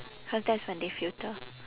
cause that's when they filter